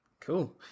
Cool